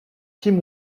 team